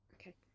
okay